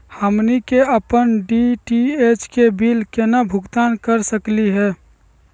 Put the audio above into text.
हमनी के अपन डी.टी.एच के बिल केना भुगतान कर सकली हे?